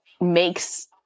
makes